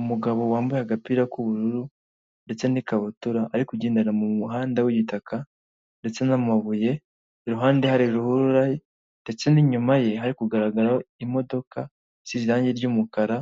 Umugabo wambaye agapira k'ubururu ndetse n'ikabutura ari kugendera mu muhanda w'igitaka ndetse n'amabuye, iruhande hari ruhurura ndetse n'inyuma ye hari kugaragara imodoka isize irangi ry'umukara,